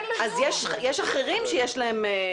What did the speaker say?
אז יש אחרים שיש להם.